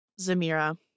zamira